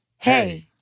Hey